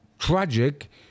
Tragic